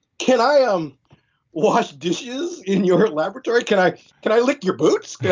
can i um wash dishes in your laboratory? can i can i lick your boots? yeah